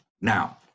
now